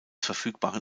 verfügbaren